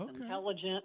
intelligent